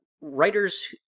writers